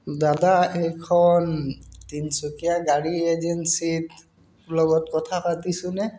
দাদা এইখন তিনিচুকীয়া গাড়ী এজেঞ্চিত লগত কথা পাতিছোঁনে